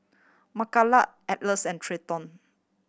Mckayla Atlas and Trenton